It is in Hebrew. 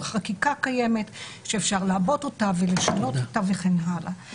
חקיקה קיימת שאפשר לעבות אותה ולשנות אותה וכן הלאה.